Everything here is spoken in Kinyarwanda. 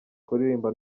kuririmba